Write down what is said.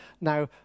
Now